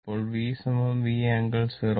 ഇപ്പോൾ V V angle 0